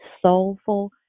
soulful